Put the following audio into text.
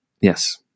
Yes